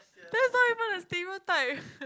that's not even a stereotype